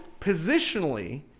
positionally